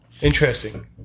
Interesting